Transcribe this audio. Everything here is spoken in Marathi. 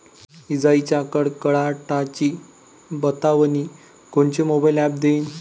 इजाइच्या कडकडाटाची बतावनी कोनचे मोबाईल ॲप देईन?